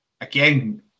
again